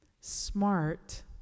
Smart